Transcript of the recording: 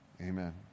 Amen